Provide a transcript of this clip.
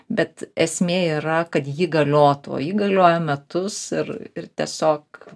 bet esmė yra kad ji galiotų o ji galioja metus ir ir tiesiog